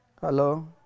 Hello